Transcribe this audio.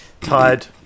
Tired